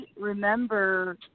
remember